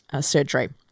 surgery